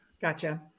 Gotcha